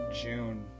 June